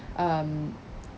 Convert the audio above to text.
um